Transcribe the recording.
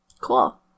cool